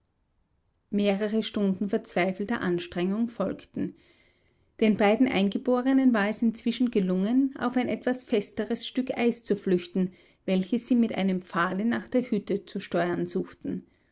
mehrere stunden verzweifelter anstrengung folgten den beiden eingeborenen war es inzwischen gelungen auf ein etwas festeres stück eis zu flüchten welches sie mit einem pfahle nach der hütte zu steuern suchten